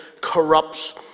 corrupts